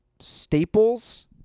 staples